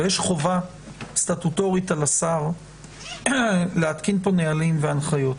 יש חובה סטטוטורית על השר להתקין נהלים והנחיות.